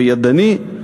וידני.